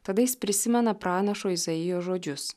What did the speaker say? tada jis prisimena pranašo izaijo žodžius